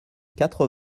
quatre